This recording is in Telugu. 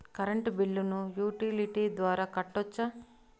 కరెంటు బిల్లును యుటిలిటీ ద్వారా కట్టొచ్చా?